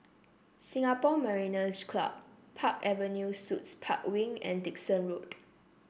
Singapore Mariners' Club Park Avenue Suites Park Wing and Dickson Road